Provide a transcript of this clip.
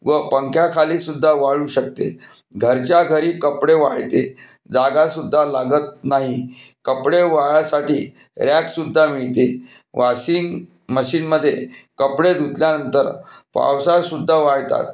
व पंख्याखाली सुद्धा वाळू शकते घरच्याघरी कपडे वाळते जागा सुद्धा लागत नाही कपडे वाळण्यासाठी रॅक सुद्धा मिळते वॉशिंग मशीनमधे कपडे धुतल्यानंतर पावसाळ्यात सुद्धा वाळतात